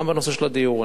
גם בנושא של הדיור.